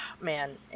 Man